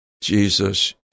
Jesus